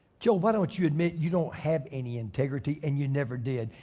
job, why don't you admit you don't have any integrity and you never did.